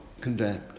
condemned